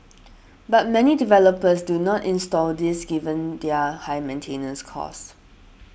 but many developers do not install these given their high maintenance costs